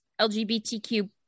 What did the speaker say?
LGBTQ